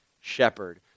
shepherd